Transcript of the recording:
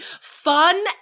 fun